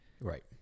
Right